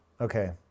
Okay